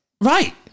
Right